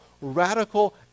radical